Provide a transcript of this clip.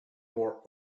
more